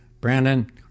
Brandon